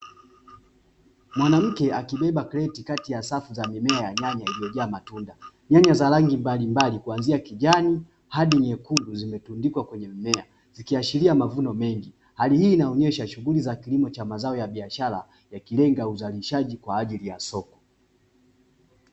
Mwanamke akibeba kreti kati ya safu za mimea ya nyanya iliyojaa matunda. Nyanya za rangi mbalimbali kuanzia kijani hadi nyekundu zimetundikwa kwenye mmea, zikiashiria mavuno mengi. Hali hii inaonyesha shughuli za kilimo cha mazao ya biashara yakilenga uzalishaji kwa ajili ya soko.